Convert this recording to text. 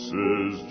Says